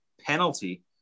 penalty